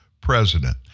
president